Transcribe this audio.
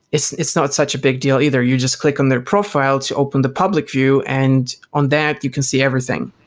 it's it's not such a big deal either. you just click on their profile to open the public view, and on that you can see everything.